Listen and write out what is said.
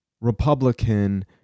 republican